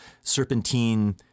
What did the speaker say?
serpentine